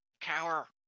cower